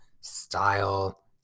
style